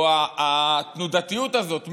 או התנודתיות הזאת,